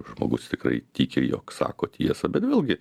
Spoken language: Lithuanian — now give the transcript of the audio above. žmogus tikrai tiki jog sako tiesą bet vėlgi